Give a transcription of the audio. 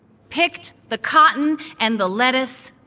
picked the cotton, and the lettuce,